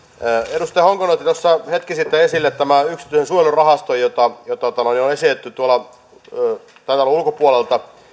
edustaja honkonen otti tuossa hetki sitten esille tämän yksityisen suojelurahaston jota on esitetty tämän talon ulkopuolelta